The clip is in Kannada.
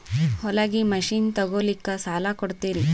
ಹೊಲಗಿ ಮಷಿನ್ ತೊಗೊಲಿಕ್ಕ ಸಾಲಾ ಕೊಡ್ತಿರಿ?